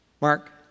Mark